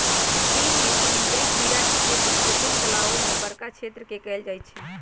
चीन में समुद्री खीरा के खेती कृत्रिम तालाओ में बरका क्षेत्र में कएल जाइ छइ